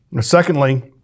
Secondly